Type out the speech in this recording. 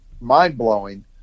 mind-blowing